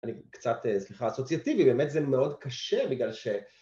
אני קצת סליחה אסוציאטיבי, באמת זה מאוד קשה בגלל ש...